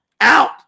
out